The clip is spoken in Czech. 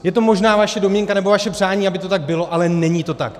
Je to možná vaše domněnka nebo vaše přání, aby to tak bylo, ale není to tak.